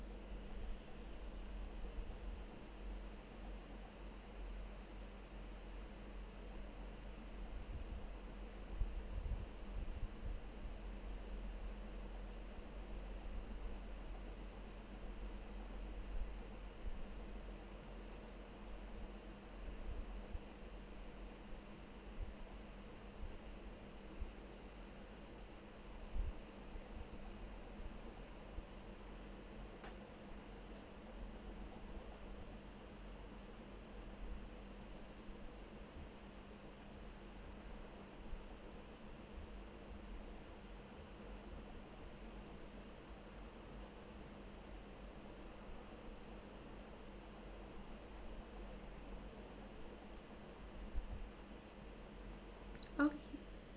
okay